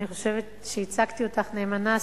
אני חושבת שייצגתי אותך נאמנה.